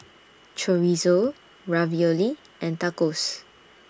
Chorizo Ravioli and Tacos